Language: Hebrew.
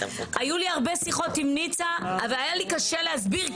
היו לי הרבה שיחות עם ניצה והיה לי קשה להסביר,